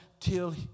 Till